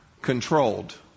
controlled